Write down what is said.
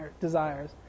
desires